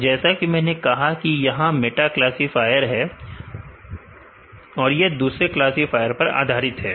तो जैसा कि मैंने कहा कि यह मेटा क्लासीफायर है यह दूसरे क्लासीफायर पर आधारित है